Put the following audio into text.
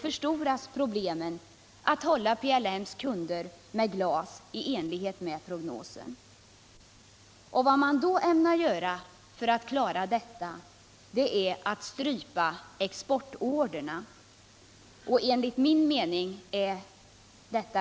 förstoras emellertid svårigheterna att hålla PELM:s kunder med glas i enlighet med uppgjord prognos. För alt klara detta ämnar man strypa wullförseln av exportorder. Enligt min mening är